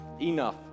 enough